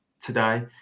today